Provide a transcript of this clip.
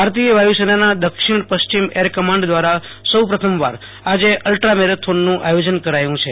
ભારતીય વાયુસેનાના દક્ષિણ પશ્ચિમ એરકમાન્ડ દવારા સૌપ્રથમવાર આજે અલ્ટ્રા મેરેથોનનું આયોજન કરાયું છે